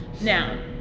Now